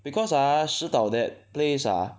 because ah 石岛 that place ah